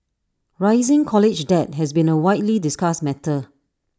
rising college debt has been A widely discussed matter